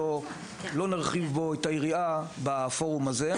שלא נרחיב בו את היריעה בפורום הזה.